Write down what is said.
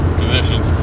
positions